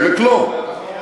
חלק לא,